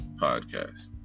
podcast